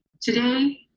Today